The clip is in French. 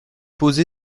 posé